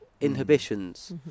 inhibitions